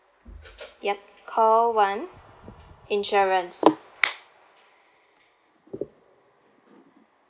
yup call one insurance